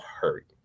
hurt